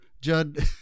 judd